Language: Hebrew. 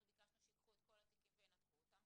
ביקשנו שייקחו את כל התיקים וינתחו אותם.